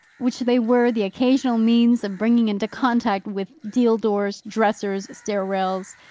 which they were the occasional means of bringing into contact with deal doors, dressers, stair-rails,